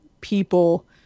people